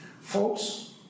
Folks